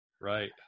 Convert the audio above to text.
Right